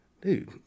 dude